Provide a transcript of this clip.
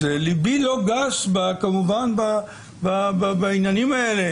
אז ליבי לא גס בעניינים האלה.